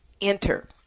enter